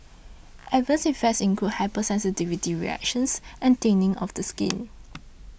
adverse effects include hypersensitivity reactions and thinning of the skin